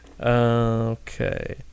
Okay